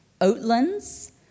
Oatlands